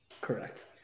Correct